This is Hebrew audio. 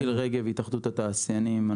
גיל רגב התאחדות התעשיינים.